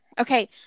okay